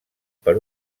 per